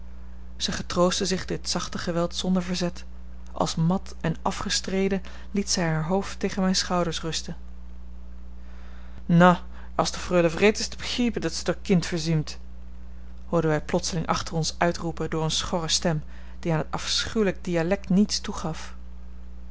zij getroostte zich dit zacht geweld zonder verzet als mat en afgestreden liet zij haar hoofd tegen mijn schouders rusten nou as de freule vrijt is t te begriepen dat ze der kind verzuumt hoorden wij plotseling achter ons uitroepen door eene schorre stem die aan het afschuwelijk dialect niets toegaf